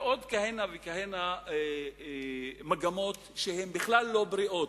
ועוד כהנה וכהנה מגמות שהן בכלל לא בריאות,